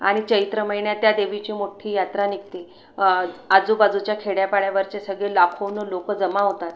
आणि चैत्र महिन्यात त्या देवीची मोठी यात्रा निघते आजूबाजूच्या खेड्यापाड्यावरचे सगळे लाखोनी लोक जमा होतात